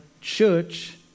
church